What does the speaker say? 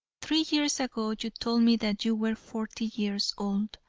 three years ago you told me that you were forty years old.